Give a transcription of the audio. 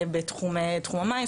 בתחום המים,